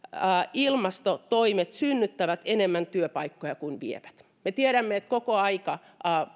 ilmastotoimet synnyttävät enemmän työpaikkoja kuin vievät me tiedämme että koko